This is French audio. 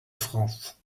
france